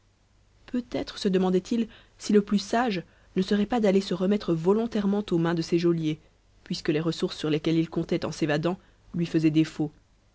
peut-être se demandait-il si le plus sage ne serait pas d'aller se remettre volontairement aux mains de ses geôliers puisque les ressources sur lesquelles il comptait en s'évadant lui faisaient défaut